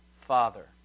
Father